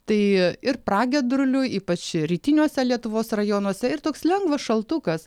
tai ir pragiedrulių ypač rytiniuose lietuvos rajonuose ir toks lengvas šaltukas